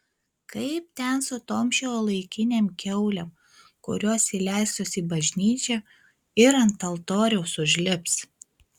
kaip ten su tom šiuolaikinėm kiaulėm kurios įleistos į bažnyčią ir ant altoriaus užlips